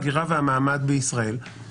ההגירה והמעמד בישראל לקריאה טרומית.